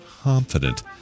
confident